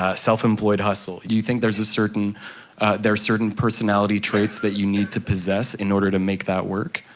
ah self-employed hustle. you think there's a certain there are certain personality traits that you need to possess in order to make that work?